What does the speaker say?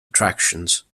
attractions